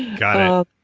got ah it.